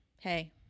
hey